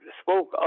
spoke